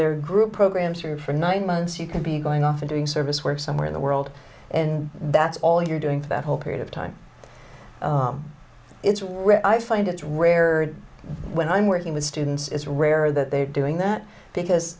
their group programs are for nine months you can be going off and doing service work somewhere in the world and that's all you're doing for that whole period of time it's rare i find it's rare when i'm working with students it's rare that they're doing that because